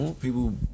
people